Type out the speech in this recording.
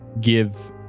give